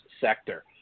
sector